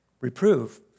Reprove